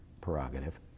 prerogative